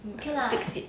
mm fix it